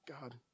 God